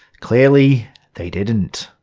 clearly they didn't.